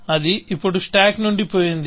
అది ఇప్పుడు స్టాక్ నుండి పోయింది